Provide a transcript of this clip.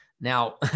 Now